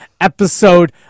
episode